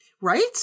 Right